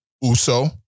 Uso